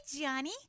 Johnny